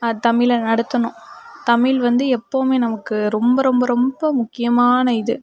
தமிழை நடத்தணும் தமிழ் வந்து எப்பவுமே நமக்கு ரொம்ப ரொம்ப ரொம்ப முக்கியமான இது